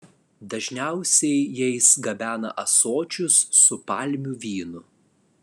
dažniausiai jais gabena ąsočius su palmių vynu